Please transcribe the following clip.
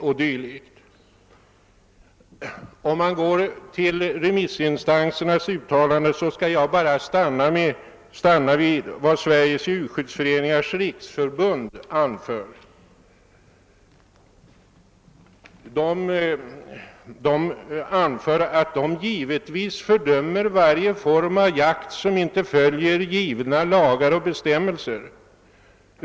Bland remissinstansernas uttalande skall jag bara stanna vid vad Sveriges djurskyddsföreningars riksförbund anför. Förbundet framhåller att det givetvis fördömer varje form av jakt som inte följer givna lagar och bestämmelser.